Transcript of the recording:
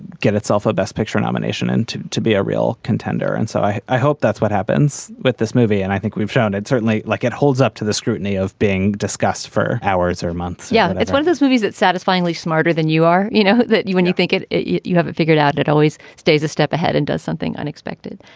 get itself a best picture nomination and to to be a real contender. and so i i hope that's what happens with this movie and i think we've shown i'd certainly like it holds up to the scrutiny of being discussed for hours or months yeah it's one of those movies that satisfyingly smarter than you are. you know that when you think you you have it figured out it always stays a step ahead and does something unexpected.